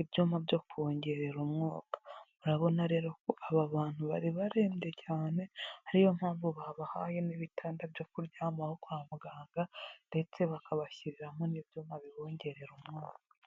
ibyuma byo kongerera umwuka, murabona rero ko aba bantu bari barembye cyane ari yo mpamvu babahaye n'ibitanda byo kuryamaho kwa muganga ndetse bakabashyiriramo n'ibyuma bibongerera umwuka.